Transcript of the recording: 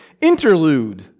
interlude